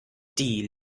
die